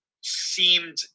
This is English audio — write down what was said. seemed